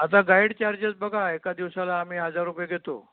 आता guide charges बघा एका दिवसाला आम्ही हजार रुपये घेतो